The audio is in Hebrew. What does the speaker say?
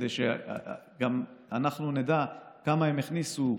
כדי שגם אנחנו נדע כמה הם הכניסו,